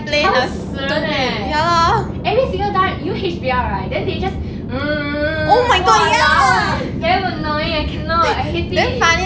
吵死人 eh every single time you know H_B_L right then they just !walao! eh damn annoying eh I cannot I hate it